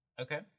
Okay